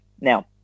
now